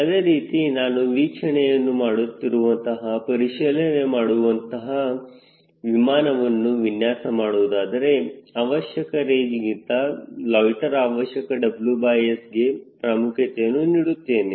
ಅದೇ ರೀತಿ ನಾನು ವೀಕ್ಷಣೆಯನ್ನು ಮಾಡುವಂತಹ ಪರಿಶೀಲನೆ ಮಾಡುವಂತಹ ವಿಮಾನವನ್ನು ವಿನ್ಯಾಸ ಮಾಡುವುದಾದರೆ ಅವಶ್ಯಕ ರೇಂಜ್ಗಿಂತ ಲೊಯ್ಟ್ಟೆರ್ ಅವಶ್ಯಕ WS ಗೆ ಪ್ರಾಮುಖ್ಯತೆಯನ್ನು ನೀಡುತ್ತೇನೆ